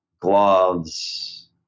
gloves